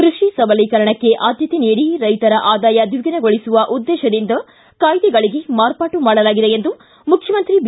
ಕೃಷಿ ಸಬಲೀಕರಣಕ್ಕೆ ಆದ್ಯತೆ ನೀಡಿ ರೈತರ ಆದಾಯ ದ್ವಿಗುಣಗೊಳಿಸುವ ಉದ್ದೇಶದಿಂದ ಕಾಯ್ದಿಗಳಿಗೆ ಮಾರ್ಪಾಟು ಮಾಡಲಾಗಿದೆ ಎಂದು ಮುಖ್ಯಮಂತ್ರಿ ಬಿ